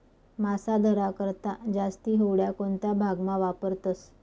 मासा धरा करता जास्ती होड्या कोणता भागमा वापरतस